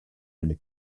une